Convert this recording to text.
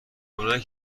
اونایی